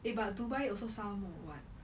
eh but dubai also some [what]